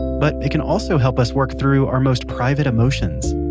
but it can also help us work through our most private emotions.